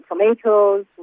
tomatoes